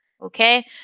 Okay